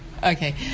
Okay